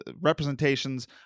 representations